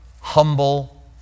humble